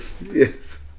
Yes